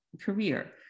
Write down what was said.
career